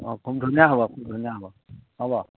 অ খুব ধুনীয়া হ'ব খুব ধুনীয়া হ'ব হ'ব